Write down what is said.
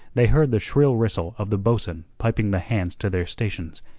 they heard the shrill whistle of the bo'sun piping the hands to their stations,